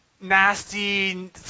nasty